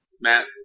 Matt